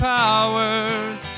powers